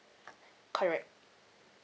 correct